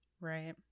right